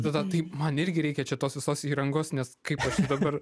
tada tai man irgi reikia čia tos visos įrangos nes kaip aš dabar